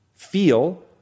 Feel